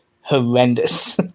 horrendous